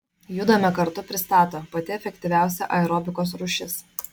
judame kartu pristato pati efektyviausia aerobikos rūšis